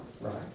Right